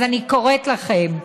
אז אני קוראת לכם: